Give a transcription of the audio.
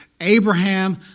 Abraham